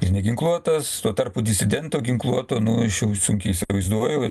ir neginkluotas tuo tarpu disidento ginkluoto nu aš jau sunkiai įsivaizduoju